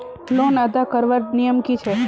Loan अदा करवार नियम की छे?